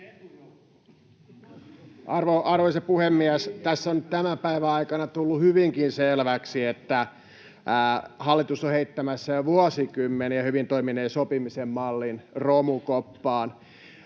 Arvoisa puhemies! Tässä on nyt tämän päivän aikana tullut hyvinkin selväksi, että hallitus on heittämässä jo vuosikymmeniä hyvin toimineen sopimisen mallin romukoppaan.